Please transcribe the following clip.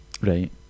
Right